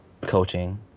coaching